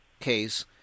case